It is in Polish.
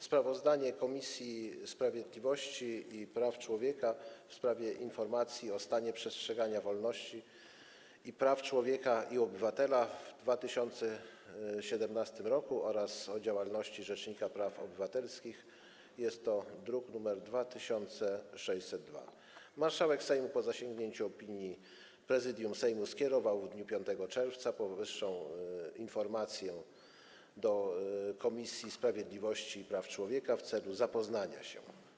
Sprawozdanie Komisji Sprawiedliwości i Praw Człowieka w sprawie informacji o stanie przestrzegania wolności i praw człowieka i obywatela w 2017 r. oraz o działalności rzecznika praw obywatelskich, druk nr 2602. Marszałek Sejmu, po zasięgnięciu opinii Prezydium Sejmu, skierował w dniu 5 czerwca powyższą informację do Komisji Sprawiedliwości i Praw Człowieka w celu zapoznania się.